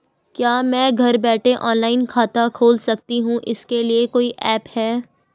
क्या मैं घर बैठे ऑनलाइन खाता खोल सकती हूँ इसके लिए कोई ऐप है?